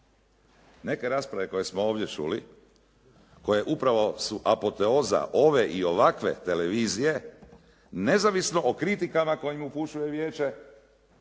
Neke rasprave koje smo ovdje čuli, koje upravo su apoteoza ove i ovakve televizije, nezavisno o kritikama koje im upućuje vijeće,